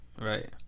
Right